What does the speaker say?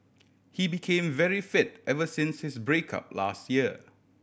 he became very fit ever since his break up last year